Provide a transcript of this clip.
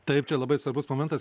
taip čia labai svarbus momentas